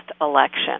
election